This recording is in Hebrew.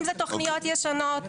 אם זה תוכניות ישנות,